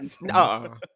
No